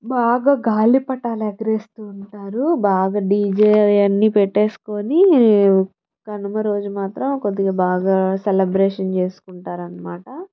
బాగా గాలిపటాలు ఎగరేస్తు ఉంటారు బాగా డీజే అవన్నీ పెట్టుకుని కనుమ రోజు మాత్రం కొద్దిగా బాగా సెలబ్రేషన్ చేసుకుంటారు అన్నమాట